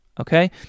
Okay